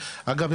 אגב,